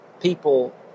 People